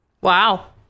Wow